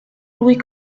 louis